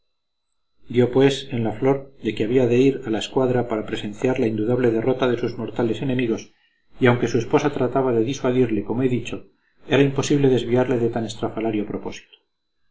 dio pues en la flor de que había de ir a la escuadra para presenciar la indudable derrota de sus mortales enemigos y aunque su esposa trataba de disuadirle como he dicho era imposible desviarle de tan estrafalario propósito